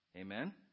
Amen